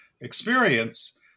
experience